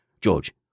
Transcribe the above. George